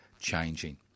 changing